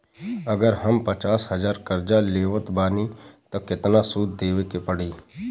अगर हम पचास हज़ार कर्जा लेवत बानी त केतना सूद देवे के पड़ी?